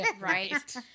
right